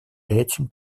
этим